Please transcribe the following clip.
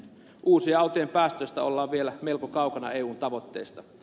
uusien autojen päästöissä ollaan vielä melko kaukana eun tavoitteista